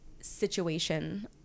situation